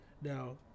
Now